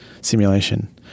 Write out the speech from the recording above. simulation